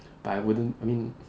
but I wouldn't I mean